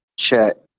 chat